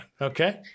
Okay